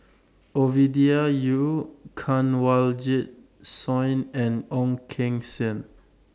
Ovidia Yu Kanwaljit Soin and Ong Keng Sen